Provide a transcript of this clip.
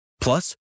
Plus